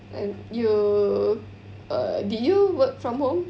uh you err did you work from home